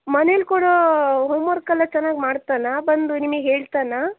ಮನೆಲಿ ಕೂಡ homework ಎಲ್ಲ ಚೆನ್ನಾಗಿ ಮಾಡ್ತಾನ ಬಂದು ನಿಮಗೆ ಹೇಳ್ತಾನಾ